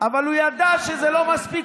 אבל הוא ידע שחינוך זה לא מספיק.